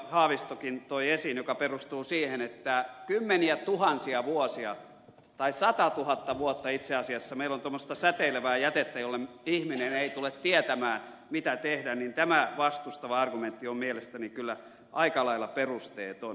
haavistokin toi esiin joka perustuu siihen että kymmeniätuhansia vuosia tai satatuhatta vuotta itse asiassa meillä on tuommoista säteilevää jätettä jolle ihminen ei tule tietämään mitä tehdä tämä vastustava argumentti on mielestäni kyllä aika lailla perusteeton